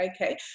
okay